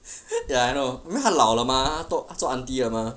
ya I know 因为她老了嘛她做 aunty 了嘛